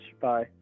Bye